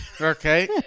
Okay